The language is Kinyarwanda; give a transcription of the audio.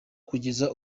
kugeza